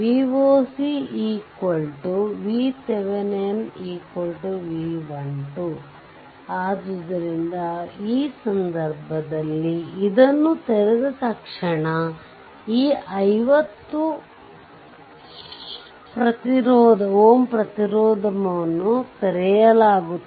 Voc VThevenin V 1 2 ಆದ್ದರಿಂದ ಈ ಸಂದರ್ಭದಲ್ಲಿ ಇದನ್ನು ತೆರೆದ ತಕ್ಷಣ ಈ 50 ಪ್ರತಿರೋಧವನ್ನು ತೆರೆಯಲಾಗುತ್ತದೆ